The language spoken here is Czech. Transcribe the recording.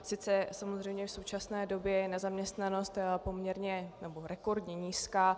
Sice samozřejmě v současné době je nezaměstnanost poměrně nebo rekordně nízká.